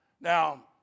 Now